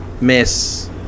Miss